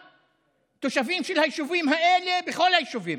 התושבים של היישובים האלה בכל היישובים.